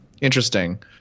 Interesting